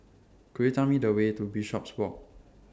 Could YOU Tell Me The Way to Bishopswalk